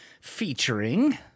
featuring